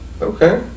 okay